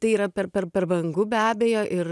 tai yra per per per brangu be abejo ir